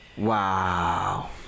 wow